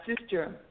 sister